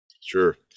Sure